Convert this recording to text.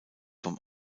vom